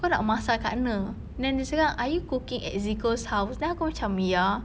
kau nak masak kat mana then dia cakap are you cooking at zeko's house then aku macam ya